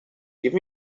give